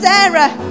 Sarah